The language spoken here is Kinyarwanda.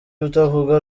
utavuga